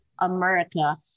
America